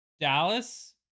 Dallas